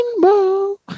rainbow